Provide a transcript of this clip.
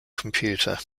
computer